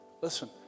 Listen